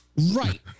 Right